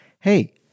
Hey